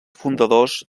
fundadors